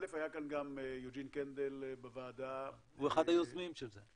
היה כאן גם יוג'ין קנדל בוועדה --- הוא אחד היוזמים של זה.